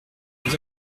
nous